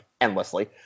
endlessly